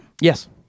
Yes